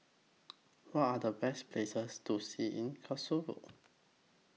What Are The Best Places to See in Kosovo